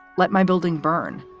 let my building burn.